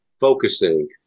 focusing